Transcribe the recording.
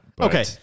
Okay